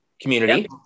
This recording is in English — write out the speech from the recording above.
community